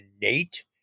innate